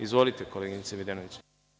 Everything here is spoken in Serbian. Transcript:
Izvolite, koleginice Videnović.